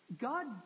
God